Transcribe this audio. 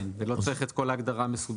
כן, ולא צריך את כל ההגדרה המסובכת.